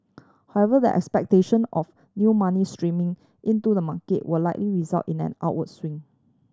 however the expectation of new money streaming into the market were likely result in an our swing